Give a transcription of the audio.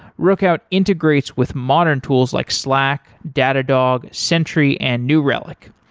rookout integrates with modern tools like slack, datadog, sentry and new relic.